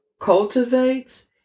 cultivates